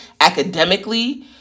academically